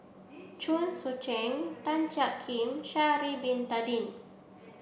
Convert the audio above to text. Chen Sucheng Tan Jiak Kim Sha'ari Bin Tadin